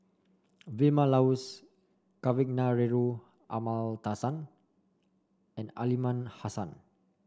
Vilma Laus Kavignareru Amallathasan and Aliman Hassan